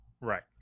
Right